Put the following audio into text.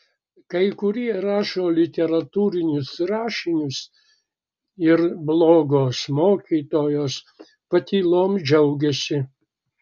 kai kurie rašo literatūrinius rašinius ir blogos mokytojos patylom džiaugiasi